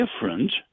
different